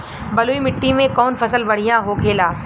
बलुई मिट्टी में कौन फसल बढ़ियां होखे ला?